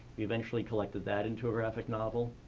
we eventually collected that into a graphic novel.